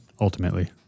ultimately